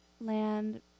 land